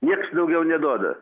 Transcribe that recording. nieks daugiau neduoda